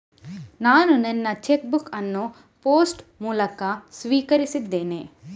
ನಾನು ನನ್ನ check book ಅನ್ನು ಪೋಸ್ಟ್ ಮೂಲಕ ಸ್ವೀಕರಿಸಿದ್ದೇನೆ